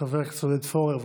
חבר הכנסת עודד פורר.